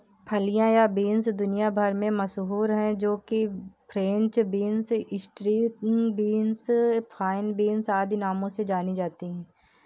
फलियां या बींस दुनिया भर में मशहूर है जो कि French beans, string beans, fine beans आदि नामों से जानी जाती है